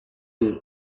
you